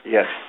Yes